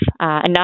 enough